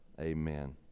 amen